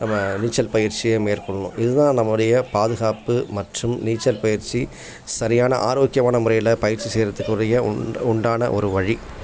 நம்ம நீச்சல் பயிற்சியை மேற்க்கொள்ளணும் இதுதான் நம்மளுடைய பாதுகாப்பு மற்றும் நீச்சல் பயிற்சி சரியான ஆரோக்கியமான முறையில் பயிற்சி செய்யறதுக்குரிய உண்டா உண்டான ஒரு வழி